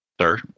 Sir